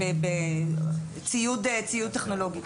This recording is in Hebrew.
בציוד טכנולוגי.